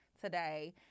today